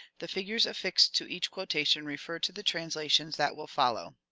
the figures affixed to each quotation refer to the translations that will follow